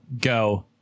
go